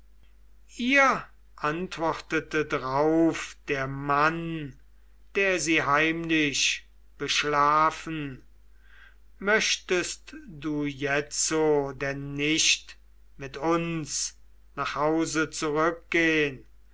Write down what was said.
ihr antwortete drauf der mann der sie heimlich beschlafen möchtest du jetzo denn nicht mit uns nach hause zurückgehn